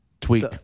Tweak